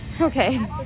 okay